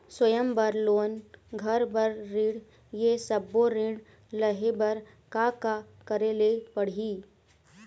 स्वयं बर लोन, घर बर ऋण, ये सब्बो ऋण लहे बर का का करे ले पड़ही?